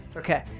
Okay